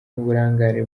n’uburangare